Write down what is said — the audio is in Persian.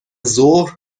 ظهر